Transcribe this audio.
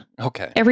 Okay